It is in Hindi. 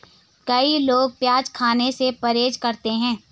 कई लोग प्याज खाने से परहेज करते है